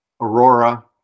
aurora